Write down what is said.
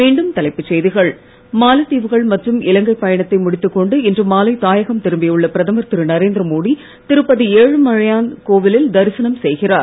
மீண்டும் தலைப்புச் செய்திகள் மாலத்தீவுகள் மற்றும் இலங்கை பயணத்தை முடித்துக்கொண்டு இன்று மாலை தாயகம் திரும்பியுள்ள பிரதமர் திரு நரேந்திர மோடி திருப்பதி ஏழுமலையான் கோவிலில் தரிசனம் செய்கிறார்